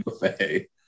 Buffet